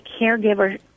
caregiver